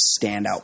standout